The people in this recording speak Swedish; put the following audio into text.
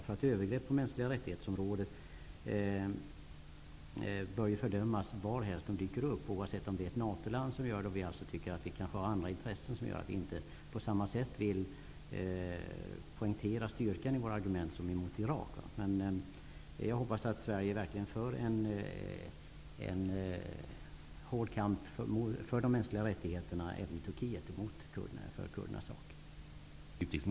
Sådana övergrepp bör fördömas varhelst de dyker upp, oavsett om de sker i ett NATO-land där vi kanske tycker att vi har andra intressen som gör att vi inte på samma sätt som mot Irak vill poängtera styrkan i våra argument. Jag hoppas att Sverige verkligen för en hård kamp för de mänskliga rättigheterna och för kurdernas sak även i Turkiet.